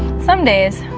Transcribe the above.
some days